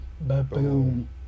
boom